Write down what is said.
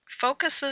focuses